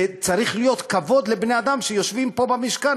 זה צריך להיות כבוד לבני-אדם שיושבים פה במשכן.